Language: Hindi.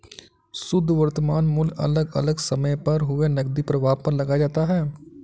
शुध्द वर्तमान मूल्य अलग अलग समय पर हुए नकदी प्रवाह पर लगाया जाता है